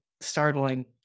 startling